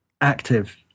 active